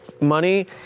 money